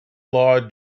law